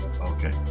Okay